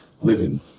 living